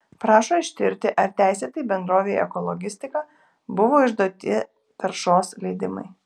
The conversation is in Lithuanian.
prašo ištirti ar teisėtai bendrovei ekologistika buvo išduoti taršos leidimai